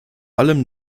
allem